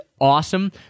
awesome